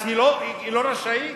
אז היא לא רשאית?